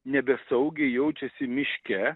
nebesaugiai jaučiasi miške